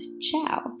ciao